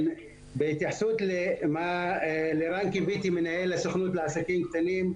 בהתייחסות לרן קיויתי מנהל הסוכנות לעסקים קטנים,